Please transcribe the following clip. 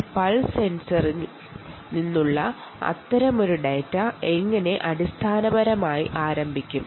ഒരു പൾസ് സെൻസറിൽ നിന്നുള്ള അത്തരമൊരു ഡാറ്റ എങ്ങനെ ആരംഭിക്കും